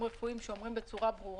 שמקום ביצועה הוא מחוץ ליישוב שבו נמצא